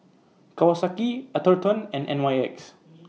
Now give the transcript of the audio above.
Kawasaki Atherton and N Y X